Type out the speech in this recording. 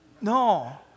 No